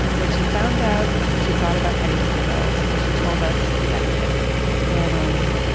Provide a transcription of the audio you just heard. when she found out she thought about heading for the hills and she told us the next day but, um,